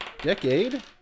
Decade